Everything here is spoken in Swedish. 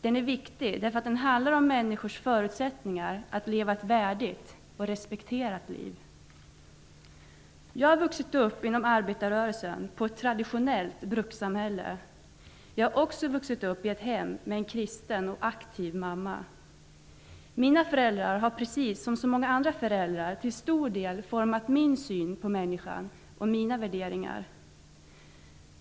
Den är viktig därför att den handlar om människors förutsättningar att leva ett värdigt och respekterat liv. Jag har vuxit upp inom arbetarrörelsen i ett traditionellt brukssamhälle. Jag har också vuxit upp i ett hem med en kristen och aktiv mamma. Mina föräldrar har precis som så många andra föräldrar till stor del format min syn på människan och mina värderingar.